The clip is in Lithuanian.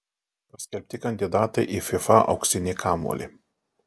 paskelbti kandidatai į fifa auksinį kamuolį